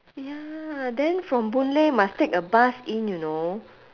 ya then from boon-lay must take a bus in you know